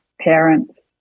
parents